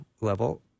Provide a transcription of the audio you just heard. level